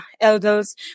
elders